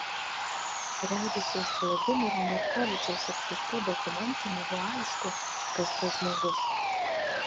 regis iš vladimiro markovičiaus aptiktų dokumentų nebuvo aišku kas tas žmogus